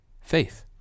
Faith